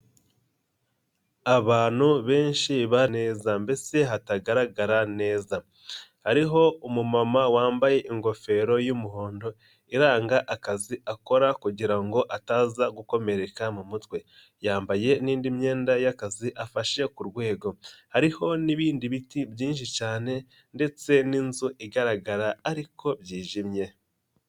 Abantu benshi baneza mbese hatagaragara neza ari umumama wambaye ingofero y'umuhondo iranga akazi akora kugira ngo ataza gukomereka mu mutwe yambaye n'indi myenda y'akazi afashe ku rwego hariho n'ibindi biti byinshi cyane ndetse n'inzu igaragara ariko byijimye.